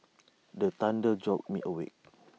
the thunder jolt me awake